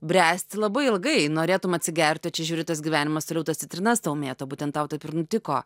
bręsti labai ilgai norėtum atsigerti čia žiūri tas gyvenimas ir jau tas citrinas tau mėto būtent tau taip ir nutiko